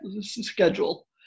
schedule